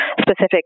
specific